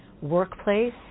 workplace